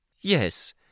Yes